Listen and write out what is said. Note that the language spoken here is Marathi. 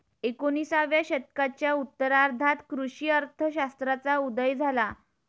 एकोणिसाव्या शतकाच्या उत्तरार्धात कृषी अर्थ शास्त्राचा उदय झाला